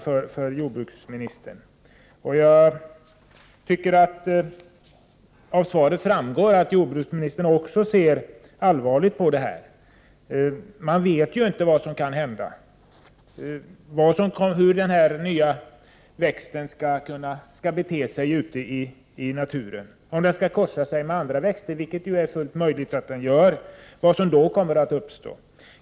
Av svaret framgår det att också jordbruksministern ser allvarligt på detta. Man vet ju inte vad den nya växten kan ge upphov till ute i naturen. Vad kommer att uppstå om den korsar sig med andra växter — den möjligheten finns ju.